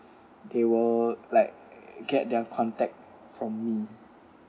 they will like get their contact from me